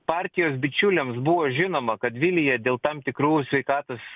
partijos bičiuliams buvo žinoma kad vilija dėl tam tikrų sveikatos